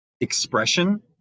Expression